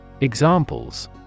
Examples